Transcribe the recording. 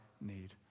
need